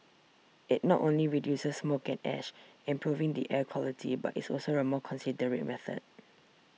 it not only reduces smoke and ash improving the air quality but is also a more considerate method